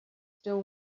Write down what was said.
still